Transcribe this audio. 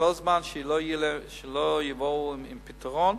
כל זמן שלא יבואו עם פתרון,